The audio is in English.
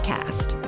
Cast